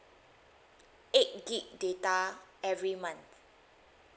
eight gig data every month